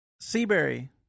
Seabury